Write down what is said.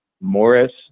Morris